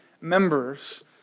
members